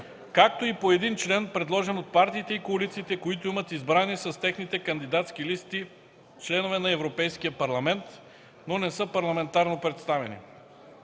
както и по един член, предложен от партиите и коалициите, които имат избрани с техните кандидатски листи членове на Европейския парламент, но не са парламентарно представени.”